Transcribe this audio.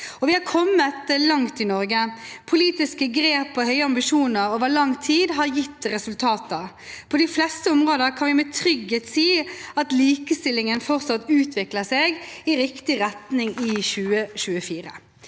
Vi har kommet langt i Norge. Politiske grep og høye ambisjoner over lang tid har gitt resultater. På de fleste områder kan vi med trygghet si at likestillingen fortsatt utvikler seg i riktig retning i 2024.